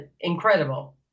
incredible